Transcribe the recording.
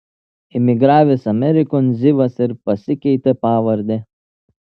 imigravęs amerikon zivas ir pasikeitė pavardę